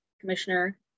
Commissioner